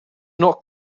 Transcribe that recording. not